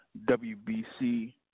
WBC